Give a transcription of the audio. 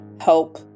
help